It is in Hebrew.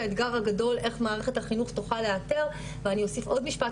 האתגר הגדול איך מערכת החינוך תוכל לאתר ואני אוסיף עוד משפט,